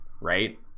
right